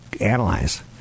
analyze